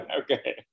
Okay